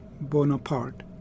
Bonaparte